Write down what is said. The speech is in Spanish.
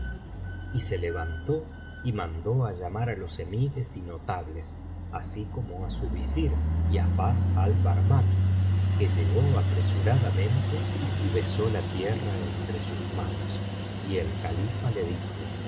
y se levantó y mandó llamar á los emires y notables así como á su visir giafar al barmakí que llegó apresuradamente y besó la tierra entre sus manos y el califa le dijo